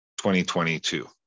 2022